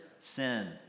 sin